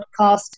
podcast